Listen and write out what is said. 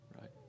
right